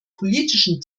politischen